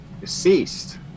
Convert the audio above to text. Deceased